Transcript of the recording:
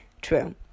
True